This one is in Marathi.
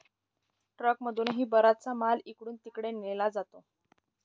ट्रकमधूनही बराचसा माल इकडून तिकडे नेला जातो